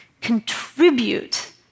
contribute